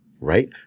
Right